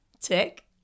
tick